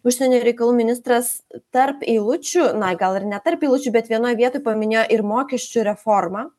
užsienio reikalų ministras tarp eilučių na gal ir ne tarp eilučių bet vienoj vietoj paminėjo ir mokesčių reformą